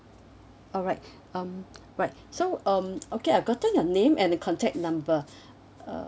alright um right so um okay I've gotten your name and the contact number uh